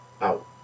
Out